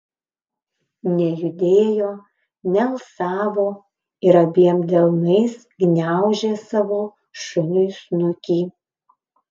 nejudėjo nealsavo ir abiem delnais gniaužė savo šuniui snukį